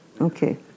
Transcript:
Okay